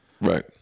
Right